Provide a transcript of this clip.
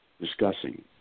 discussing